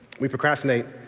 we procrastinate.